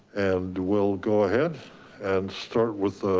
and we'll go ahead and start with